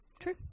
true